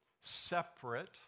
separate